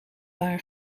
haar